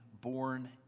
born